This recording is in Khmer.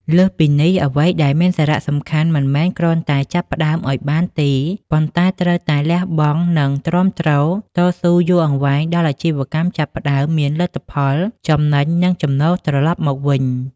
លើសពីនេះ អ្វីដែលមានសារសំខាន់មិនមែនគ្រាន់តែចាប់ផ្តើមឲ្យបានទេ ប៉ុន្តែត្រូវតែលះបង់ និងទ្រាំទ្រតស៊ូយូរអង្វែងដល់អាជីវកម្មចាប់ផ្តើមមានលទ្ធផល ចំណេញ និងចំណូលត្រឡប់មកវិញ។